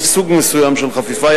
יש סוג מסוים של חפיפה.